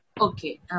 Okay